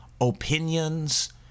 opinions